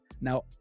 now